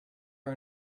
are